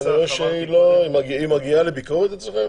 היא מגיעה לביקורת אצלכם?